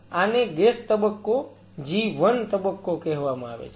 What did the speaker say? આને ગેસ તબક્કો G1 તબક્કો કહેવામાં આવે છે